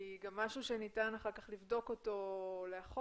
גם משהו שניתן אחר כך לבדוק אותו לאחור.